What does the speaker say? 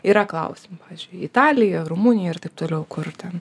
yra klausimų pavyzdžiui italija rumunija ir taip toliau kur ten